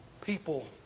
people